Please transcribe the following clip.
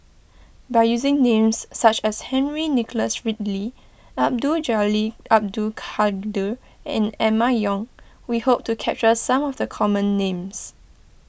by using names such as Henry Nicholas Ridley Abdul Jalil Abdul Kadir and Emma Yong we hope to capture some of the common names